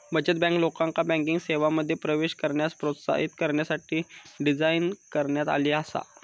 बचत बँक, लोकांका बँकिंग सेवांमध्ये प्रवेश करण्यास प्रोत्साहित करण्यासाठी डिझाइन करण्यात आली आसा